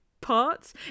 parts